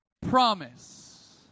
promise